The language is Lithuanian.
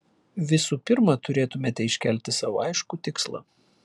visų pirma turėtumėte iškelti sau aiškų tikslą